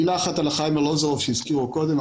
מילה אחת על האנייה ארלוזורוב שהזכירו קודם.